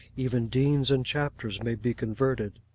even deans and chapters may be converted.